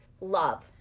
love